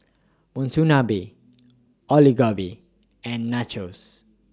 Monsunabe Alu Gobi and Nachos